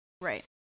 right